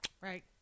right